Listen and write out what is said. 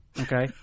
Okay